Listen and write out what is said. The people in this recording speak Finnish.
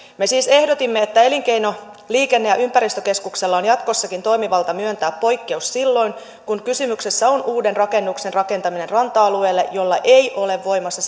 me siis ehdotimme että elinkeino liikenne ja ympäristökeskuksella on jatkossakin toimivalta myöntää poikkeus silloin kun kysymyksessä on uuden rakennuksen rakentaminen ranta alueelle jolla ei ole voimassa